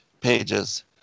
pages